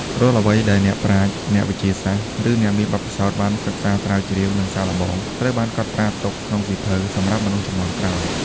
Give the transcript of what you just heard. រាល់អ្វីដែលអ្នកប្រាជ្ញ អ្នកវិទ្យាសាស្ត្រ ឬអ្នកមានបទពិសោធន៍បានសិក្សាស្រាវជ្រាវ និងសាកល្បង ត្រូវបានកត់ត្រាទុកក្នុងសៀវភៅសម្រាប់មនុស្សជំនាន់ក្រោយ។